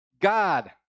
God